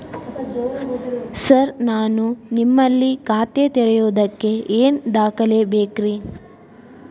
Sir ನಾನು ನಿಮ್ಮಲ್ಲಿ ಖಾತೆ ತೆರೆಯುವುದಕ್ಕೆ ಏನ್ ದಾಖಲೆ ಬೇಕ್ರಿ?